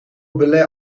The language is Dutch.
belet